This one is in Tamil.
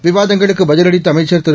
விவாதங்களுக்குபதிலளித்துஅமைச்சர்திரு